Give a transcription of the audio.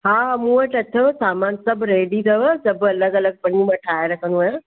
हा मूं वटि अथव सामान सभु रेडी अथव सभु अलॻि अलॻि पनियूं मां ठाहे रखंदो आहियां